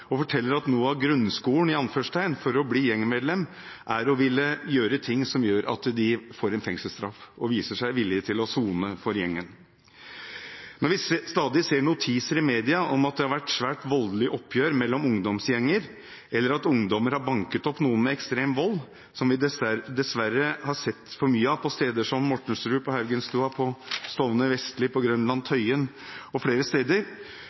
og forteller at noe av «grunnskolen» for å bli gjengmedlem er å ville gjøre ting som gjør at de får en fengselsstraff og viser seg villige til å sone for gjengen. Når vi stadig ser notiser i mediene om at det har vært svært voldelige oppgjør mellom ungdomsgjenger, eller at ungdommer har banket opp noen med ekstrem vold, som vi dessverre har sett for mye av på steder som Mortensrud, Haugenstua, Stovner, Vestli, Grønland og